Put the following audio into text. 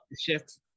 shift